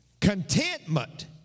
Contentment